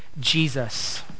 jesus